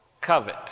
covet